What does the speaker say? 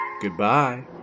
Goodbye